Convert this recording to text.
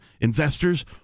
investors